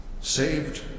saved